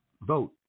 vote